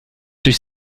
durch